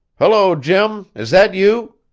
hullo, jim! is that you?